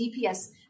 DPS